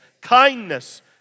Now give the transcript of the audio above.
kindness